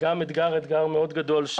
גם זה אתגר מאוד גדול.